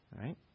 right